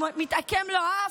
אם מתעקם לו האף,